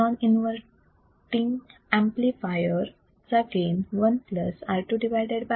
non inverting amplifier चा gain 1 R2 R1 दिला आहे